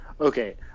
Okay